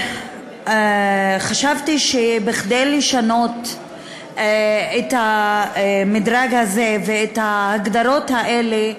חשבתי שכדי לשנות את המדרג הזה ואת ההגדרות האלה,